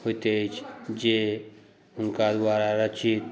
होइते अछि जे हुनका द्वारा रचित